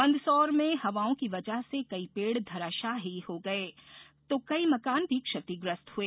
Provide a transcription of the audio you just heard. मंदसौर में हवाओ की वजह से कई पेड़ धराशाही हो गए तो कई मकान भी क्षतिग्रत हुए